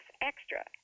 extra